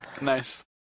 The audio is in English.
Nice